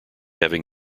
having